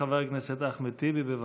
חבר הכנסת אחמד טיבי, בבקשה.